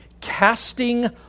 casting